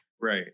Right